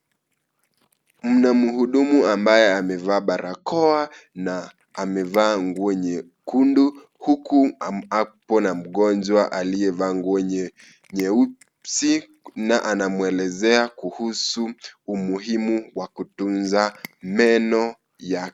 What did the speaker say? Mna mhudumu ambaye amevaa barakoa na amevaa nguo nyekundu huku akona mgonjwa aliyevaa nguo nyeusi na anamwelezea kuhusu umuhimu wa kutunza meno yake.